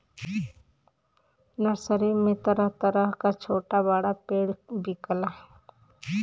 nursery में तरह तरह क छोटा बड़ा पेड़ बिकला